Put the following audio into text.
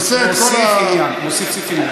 מוסיף עניין.